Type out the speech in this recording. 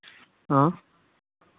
ᱦᱮᱸ